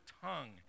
tongue